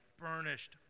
burnished